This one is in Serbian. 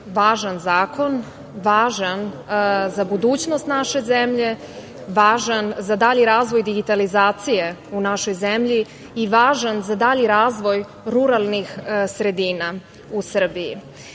važan zakon, važan za budućnost naše zemlje, važan za dalji razvoj digitalizacije u našoj zemlji i važan za dalji razvoj ruralnih sredina u Srbiji. Ono